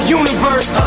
universe